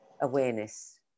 awareness